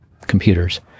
computers